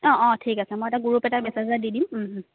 অঁ অঁ ঠিক আছে মই এটা গ্ৰুপ এটা মেছেজতেই দি দিম